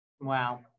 Wow